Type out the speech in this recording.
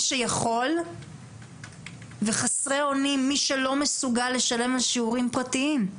שיכול וחסרי אונים מי שלא מסוגל לשלם לשיעורים פרטיים.